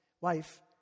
wife